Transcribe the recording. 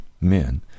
men